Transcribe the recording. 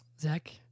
Zach